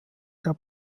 der